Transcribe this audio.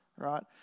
Right